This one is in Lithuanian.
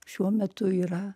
šiuo metu yra